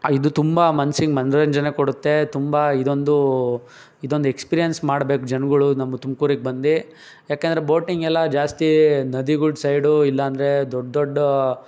ಇದು ತುಂಬ ಮನ್ಸಿಗೆ ಮನರಂಜನೆ ಕೊಡುತ್ತೆ ತುಂಬ ಇದೊಂದು ಇದೊಂದು ಎಕ್ಸ್ಪೀರಿಯನ್ಸ್ ಮಾಡ್ಬೇಕು ಜನ್ಗಳು ನಮ್ಮ ತುಮ್ಕೂರಿಗೆ ಬಂದು ಯಾಕೆಂದರೆ ಬೋಟಿಂಗ್ ಎಲ್ಲ ಜಾಸ್ತಿ ನದಿಗಳ ಸೈಡು ಇಲ್ಲಾಂದರೆ ದೊಡ್ಡ ದೊಡ್ಡ